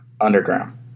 Underground